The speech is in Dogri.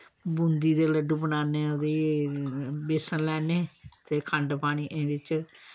बूंदी दे लड्डू बनान्ने ओह्दी बेसन लैने ते खंड पानी एह्दे च